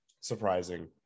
surprising